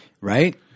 Right